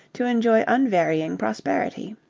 to enjoy unvarying prosperity.